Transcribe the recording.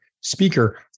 speaker